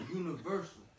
universal